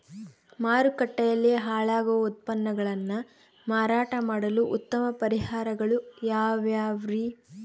ಮಾರುಕಟ್ಟೆಯಲ್ಲಿ ಹಾಳಾಗುವ ಉತ್ಪನ್ನಗಳನ್ನ ಮಾರಾಟ ಮಾಡಲು ಉತ್ತಮ ಪರಿಹಾರಗಳು ಯಾವ್ಯಾವುರಿ?